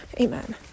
Amen